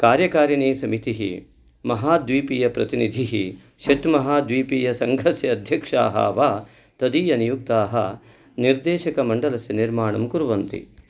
कार्यकारिणी समितिः महाद्वीपीयप्रतिनिधिः षट् महाद्वीपीयसङ्घस्य अध्यक्षाः वा तदीयनियुक्ताः निर्देशकमण्डलस्य निर्माणं कुर्वन्ति